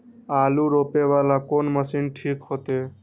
आलू रोपे वाला कोन मशीन ठीक होते?